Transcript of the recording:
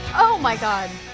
oh my god.